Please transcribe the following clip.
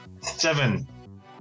Seven